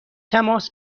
تماس